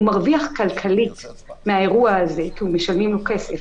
הוא מרוויח כלכלית מהאירוע הזה כי משלמים לו כסף,